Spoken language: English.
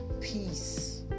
peace